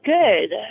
good